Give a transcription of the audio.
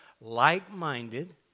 like-minded